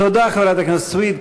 תודה, חברת הכנסת סויד.